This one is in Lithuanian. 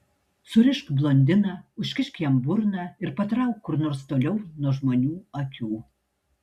surišk blondiną užkišk jam burną ir patrauk kur nors toliau nuo žmonių akių